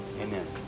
Amen